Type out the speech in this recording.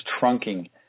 trunking